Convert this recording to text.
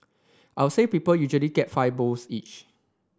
I'll say people usually get five bowls each